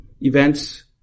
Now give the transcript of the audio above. events